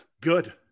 Good